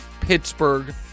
Pittsburgh